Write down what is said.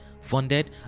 funded